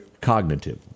Cognitive